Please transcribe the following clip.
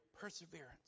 perseverance